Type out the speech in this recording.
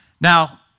Now